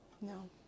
No